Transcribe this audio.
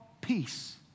peace